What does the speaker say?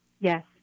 Yes